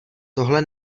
tohle